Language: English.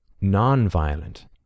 non-violent